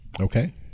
Okay